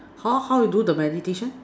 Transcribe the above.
how how you do the meditation